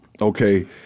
okay